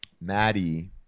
maddie